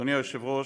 אדוני היושב-ראש,